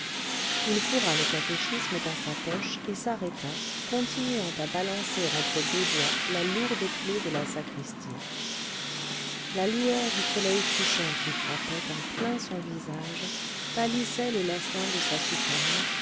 il fourra le catéchisme dans sa poche et s'arrêta continuant à balancer entre deux doigts la lourde clef de la sacristie la lueur du soleil couchant qui frappait en plein son visage pâlissait le lasting de sa soutane